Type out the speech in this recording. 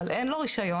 אבל אין לו רישיון,